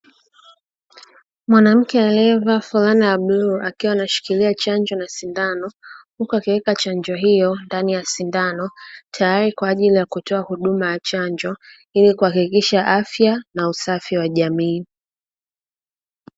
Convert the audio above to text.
Mwanamke aliyevaa fulana ya bluu akiwa anashikilia chanjo na sindano, huku akiweka chanjo hiyo ndani ya sindano. Tayari kwa ajili ya kutoa huduma ya chanjo ili kuhakikisha afya na usafi wa jamii.